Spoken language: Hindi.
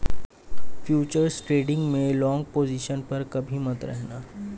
फ्यूचर्स ट्रेडिंग में लॉन्ग पोजिशन पर कभी मत रहना